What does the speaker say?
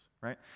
right